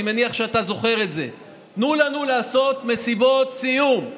אני מניח שאתה זוכר את זה: תנו לנו לעשות מסיבות סיום.